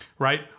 Right